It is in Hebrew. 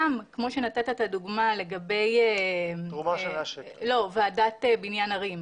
כמו שנתת את הדוגמה לגבי ועדת בניין ערים,